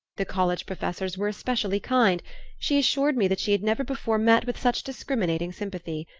the college professors were especially kind she assured me that she had never before met with such discriminating sympathy.